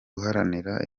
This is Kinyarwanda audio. uharanira